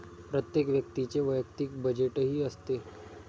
प्रत्येक व्यक्तीचे वैयक्तिक बजेटही असते